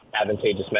advantageous